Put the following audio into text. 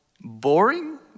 boring